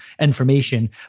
information